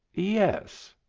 yes.